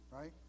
right